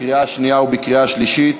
עברה בקריאה שנייה ובקריאה שלישית.